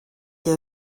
que